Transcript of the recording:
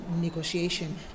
negotiation